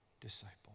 disciple